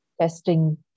testing